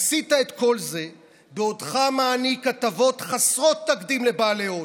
עשית את כל זה בעודך מעניק הטבות חסרות תקדים לבעלי הון.